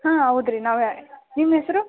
ಹಾಂ ಹೌದು ರೀ ನಾವೇ ನಿಮ್ಮ ಹೆಸರು